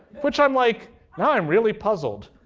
which i'm like, now i'm really puzzled.